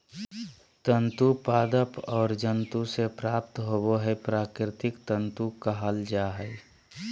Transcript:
तंतु पादप और जंतु से प्राप्त होबो हइ प्राकृतिक तंतु कहल जा हइ